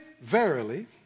verily